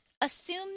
assume